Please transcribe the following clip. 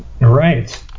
Right